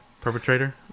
Perpetrator